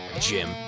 Jim